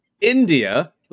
India